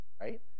right